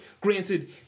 Granted